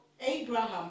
Abraham